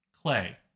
Clay